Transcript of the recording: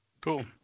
Cool